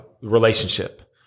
relationship